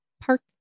park